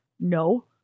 No